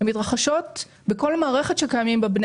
הן מתרחשות בכל מערכת בה קיימים בני